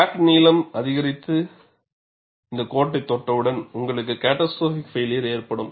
crack நீளம் அதிகரித்து இந்த கோட்டை தொட்டவுடன் உங்களுக்கு கேட்டாஸ்ட்ரோபிக் பைளியர் ஏற்படும்